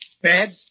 Babs